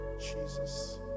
Jesus